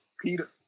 Peter